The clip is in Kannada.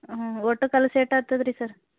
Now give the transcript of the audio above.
ಹ್ಞೂ ಒಟ್ಟು ಕಲ್ಸಿ ಎಷ್ಟಾತದ್ ರೀ ಸರ್